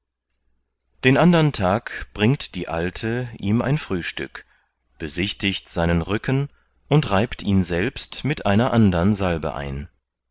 den andern tag bringt die alte ihm ein frühstück besichtigt seinen rücken und reibt ihn selbst mit einer an dern salbe ein